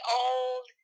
old